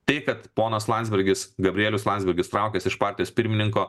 tai kad ponas landsbergis gabrielius landsbergis traukiasi iš partijos pirmininko